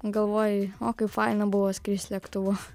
galvoji o kaip faina buvo skrist lėktuvu